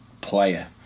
player